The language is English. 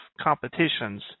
competitions